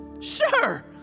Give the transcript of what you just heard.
sure